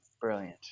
Brilliant